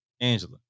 Angela